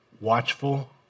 watchful